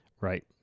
right